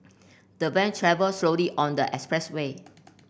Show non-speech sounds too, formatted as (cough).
the van travelled slowly on the expressway (noise)